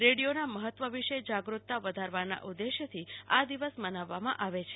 રેડિયોનું મહત્વ વિશે જાગૃતતા વધારવાના ઉદેશ્યથી આ દિવસ મનાવવામાં આવે છે